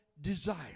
desire